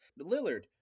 Lillard